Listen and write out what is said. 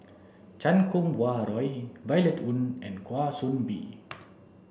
Chan Kum Wah Roy Violet Oon and Kwa Soon Bee